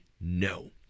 no